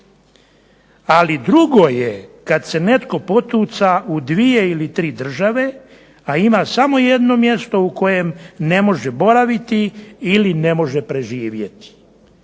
Ali drugo je kad se netko potuca u dvije ili tri države a ima samo jedno mjesto u kojem ne može boraviti ili ne može preživjeti